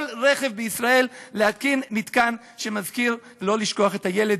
רכב בישראל בהתקנת מתקן שמזכיר לא לשכוח את הילד.